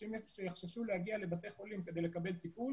אנשים יחששו להגיע לבתי חולים כדי לקבל טיפול